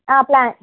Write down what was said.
plan